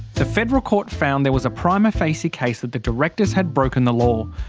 the federal court found there was a prima facie case that the directors had broken the law,